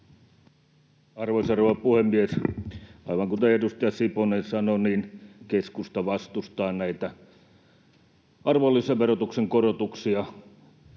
Arvoisa rouva puhemies! Aivan kuten edustaja Siponen sanoi, keskusta vastustaa näitä arvonlisäverotuksen korotuksia